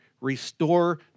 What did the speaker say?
restore